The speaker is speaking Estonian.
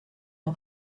oma